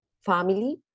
family